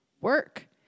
work